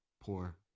poor